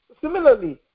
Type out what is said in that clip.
Similarly